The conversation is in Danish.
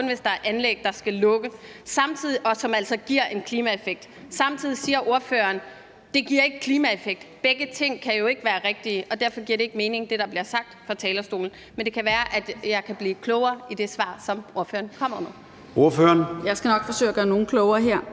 kun, hvis der er anlæg, der skal lukke, hvilke altså giver en klimaeffekt, men samtidig siger ordføreren, at det ikke giver klimaeffekt. Begge ting kan jo ikke være rigtige, og derfor giver det, der bliver sagt fra talerstolen, ikke mening. Men det kan være, at jeg kan blive klogere i det svar, som ordføreren kommer med. Kl. 13:35 Formanden (Søren Gade): Ordføreren.